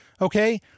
Okay